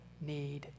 need